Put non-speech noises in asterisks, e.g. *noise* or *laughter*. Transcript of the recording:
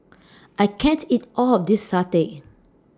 *noise* I can't eat All of This Satay